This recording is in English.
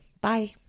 Bye